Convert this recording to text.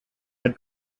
had